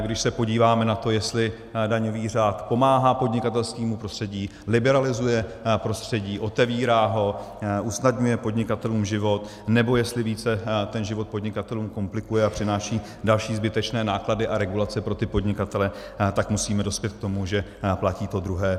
Když se podíváme na to, jestli daňový řád pomáhá podnikatelskému prostředí, liberalizuje prostředí, otevírá ho, usnadňuje podnikatelům život, nebo jestli více ten život podnikatelům komplikuje a přináší další zbytečné náklady a regulace pro podnikatele, tak musíme dospět k tomu, že platí to druhé.